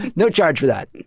no charge for that.